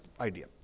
idea